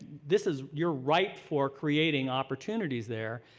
this is your right for creating opportunities there.